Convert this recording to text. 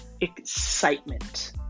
excitement